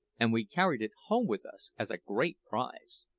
and we carried it home with us as a great prize.